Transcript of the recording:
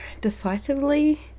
decisively